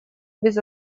без